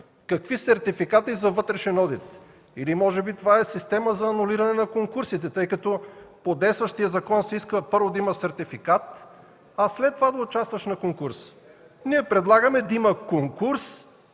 Какви сертификати за вътрешен одит?! Или може би това е система за анулиране на конкурсите, тъй като по действащия закон се изисква, първо, да има сертификат, а след това да участваш на конкурс. Ние предлагаме да има конкурс,